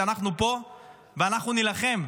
שאנחנו פה ואנחנו נילחם.